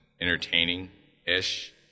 entertaining-ish